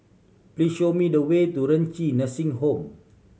please show me the way to Renci Nursing Home